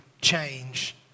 change